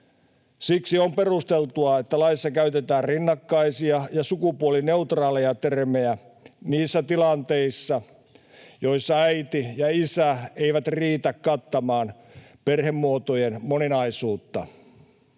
Siksi on perusteltua, että laissa käytetään rinnakkaisia ja sukupuolineutraaleja termejä niissä tilanteissa, joissa ”äiti” ja ”isä” eivät riitä kattamaan perhemuotojen moninaisuutta.